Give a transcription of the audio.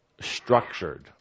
structured